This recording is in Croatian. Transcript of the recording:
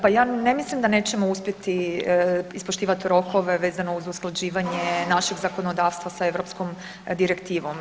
Pa ja ne mislim da nećemo uspjeti ispoštivati rokove vezano uz usklađivanje našeg zakonodavstva sa europskom direktivom.